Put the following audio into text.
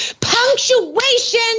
Punctuation